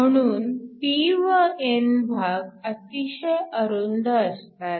म्हणून p व n भाग अतिशय अरुंद असतात